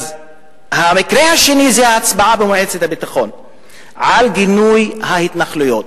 אז המקרה השני זה ההצבעה במועצת הביטחון על גינוי ההתנחלויות.